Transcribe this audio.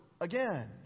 again